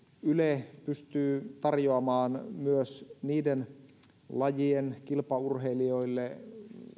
yle pystyisi tarjoamaan myös niiden lajien kilpaurheilijoille